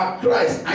christ